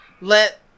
let